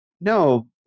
no